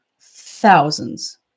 thousands